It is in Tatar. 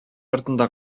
артында